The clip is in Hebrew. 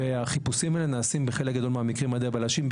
החיפושים האלה נעשים בחלק גדול מהמקרים על ידי הבלשים,